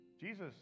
Jesus